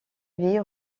vie